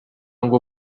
ngo